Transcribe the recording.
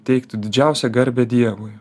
teiktų didžiausią garbę dievui